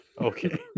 Okay